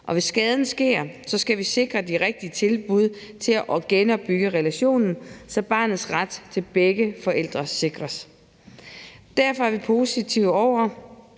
Og hvis skaden sker, skal vi sikre de rigtige tilbud til at genopbygge relationen, så barnets ret til begge forældre sikres. Derfor er vi positive over,